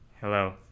Hello